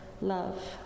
love